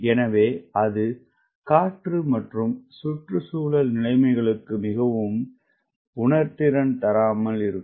எனவே அது காற்று மற்றும் சுற்றுச்சூழல்நிலைமைகளுக்குமிகவும்உணர்திறன்தராமல் இருக்கும்